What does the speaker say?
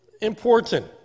important